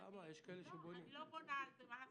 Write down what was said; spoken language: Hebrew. מה לעשות,